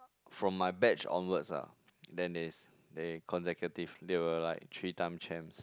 from my batch onwards lah then is they consecutive they were like three times champs